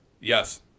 Yes